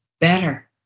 better